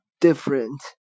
different